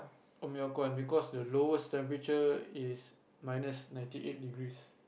because the lowest temperature is minus ninety eight degrees